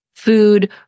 food